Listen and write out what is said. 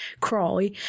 cry